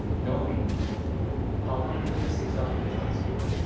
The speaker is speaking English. knowing how unrealistic some people might say.